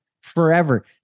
forever